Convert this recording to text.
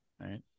right